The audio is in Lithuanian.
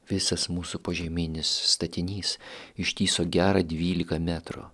visas mūsų požeminis statinys ištįso gerą dvylika metrų